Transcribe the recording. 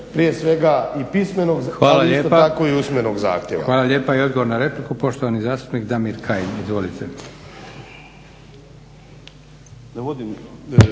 prije svega i pismenog ali isto tako i usmenog zahtjeva. **Leko, Josip (SDP)** Hvala lijepa. Odgovor na repliku, poštovani zastupnik Damir Kajin. Izvolite.